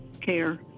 care